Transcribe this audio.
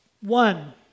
One